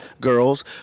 girls